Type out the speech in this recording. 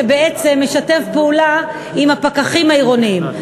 שבעצם משתף פעולה עם הפקחים העירוניים.